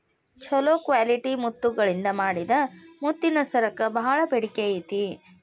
ಚೊಲೋ ಕ್ವಾಲಿಟಿ ಮುತ್ತಗಳಿಂದ ಮಾಡಿದ ಮುತ್ತಿನ ಸರಕ್ಕ ಬಾಳ ಬೇಡಿಕೆ ಐತಿ